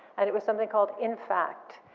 and it was something called in fact,